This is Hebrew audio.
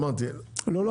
אמרתי --- לא,